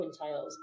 quintiles